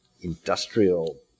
industrial